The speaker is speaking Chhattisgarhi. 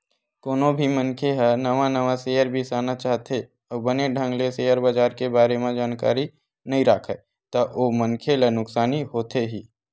कोनो भी मनखे ह नवा नवा सेयर बिसाना चाहथे अउ बने ढंग ले सेयर बजार के बारे म जानकारी नइ राखय ता ओ मनखे ला नुकसानी होथे ही